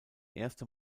erste